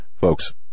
Folks